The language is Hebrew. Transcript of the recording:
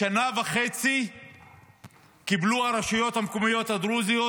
בשנה וחצי קיבלו הרשויות המקומיות הדרוזיות